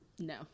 no